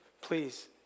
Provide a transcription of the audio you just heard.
Please